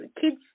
kids